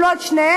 אם לא את שניהם?